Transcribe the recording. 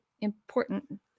important